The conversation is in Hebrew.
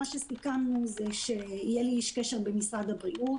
סיכמנו שיהיה לי איש קשר במשרד הבריאות.